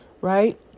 right